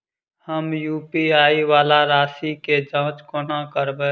हम यु.पी.आई वला राशि केँ जाँच कोना करबै?